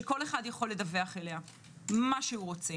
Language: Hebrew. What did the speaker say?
שכל אחד יכול לדווח אליה מה שהוא רוצה